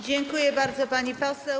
Dziękuję bardzo, pani poseł.